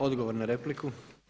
Odgovor na repliku.